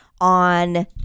on